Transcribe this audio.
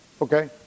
okay